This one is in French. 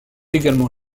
également